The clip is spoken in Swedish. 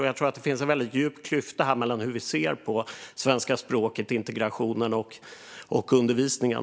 Jag tror att det här finns en väldigt djup klyfta när det gäller hur vi ser på svenska språket, integrationen och undervisningen.